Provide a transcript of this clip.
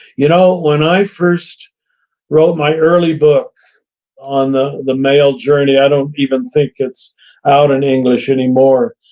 you know, when i first wrote my early book on the the male journey, i don't even think it's out in english anymore,